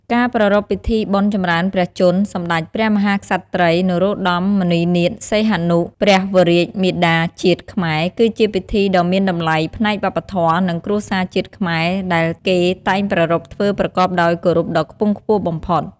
ការប្រារព្ធ ពិធីបុណ្យចម្រើនព្រះជន្ម សម្តេចព្រះមហាក្សត្រី នរោត្តម មុនិនាថ សីហនុ ព្រះវររាជមាតាជាតិខ្មែរគឺជាពិធីដ៏មានតម្លៃផ្នែកវប្បធម៌ និងគ្រួសារជាតិខ្មែរដែលគេតែងប្រារព្ធធ្វើប្រកបដោយគោរពដ៏ខ្ពង់ខ្ពស់បំផុត